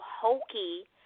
hokey